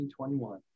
2021